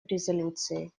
резолюции